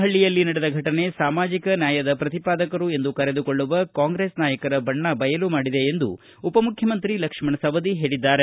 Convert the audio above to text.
ಹಳ್ಳಿಯಲ್ಲಿ ನಡೆದ ಫಟನೆ ಸಾಮಾಜಿಕ ನ್ವಾಯದ ಪ್ರತಿಪಾದಕರು ಎಂದು ಕರೆದುಕೊಳ್ಳುವ ಕಾಂಗ್ರೆಸ್ ನಾಯಕರ ಬಣ್ಣ ಬಯಲು ಮಾಡಿದೆ ಎಂದು ಉಪ ಮುಖ್ಯಮಂತ್ರಿ ಲಕ್ಷ್ಣಣ ಸವದಿ ಹೇಳಿದ್ದಾರೆ